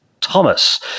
Thomas